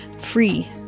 free